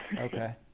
Okay